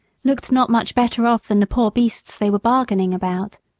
looked not much better off than the poor beasts they were bargaining about.